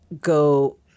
go